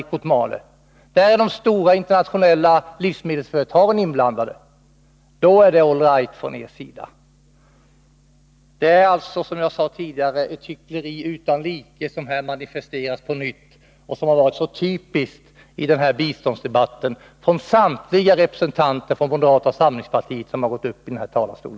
I det är också de stora internationella livsmedelsföretagen inblandade. Då är det all right från er sida. Det är alltså, som jag sade tidigare, ett hyckleri utan like som på nytt manifesteras och som har varit så typiskt i denna biståndsdebatt från samtliga representanter för moderata samlingspartiet som gått upp i denna talarstol.